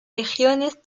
regiones